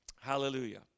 hallelujah